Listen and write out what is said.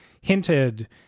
hinted